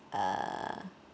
err